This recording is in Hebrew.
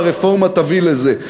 והרפורמה תביא לזה.